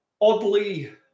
oddly